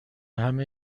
همه